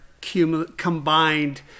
combined